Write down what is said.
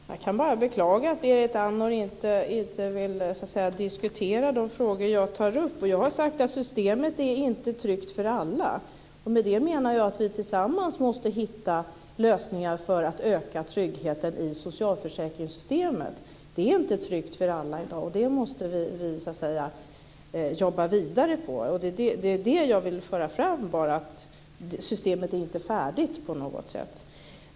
Fru talman! Jag kan bara beklaga att Berit Andnor inte vill diskutera de frågor jag tar upp. Jag har sagt att systemet inte är tryggt för alla. Med det menar jag att vi tillsammans måste hitta lösningar för att öka tryggheten i socialförsäkringssystemet. Det är inte tryggt för alla i dag, och det måste vi jobba vidare på. Det är vad jag vill föra fram. Systemet är inte färdigt på något sätt.